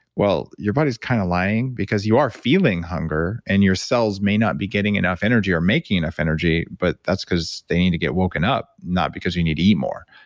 well, your body's kind of lying because you are feeling hunger and your cells may not be getting enough energy or making enough energy, but that's because they need to get woken up, not because you need to eat more.